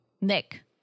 Nick